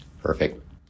Perfect